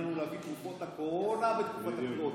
לנו להביא תרופות לקורונה בתקופת הבחירות.